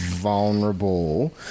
vulnerable